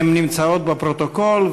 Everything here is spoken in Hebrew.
הן נמצאות בפרוטוקול,